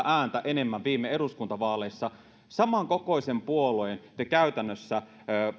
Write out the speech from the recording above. ääntä enemmän viime eduskuntavaaleissa ja saman kokoisesta puolueesta te käytännössä